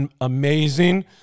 amazing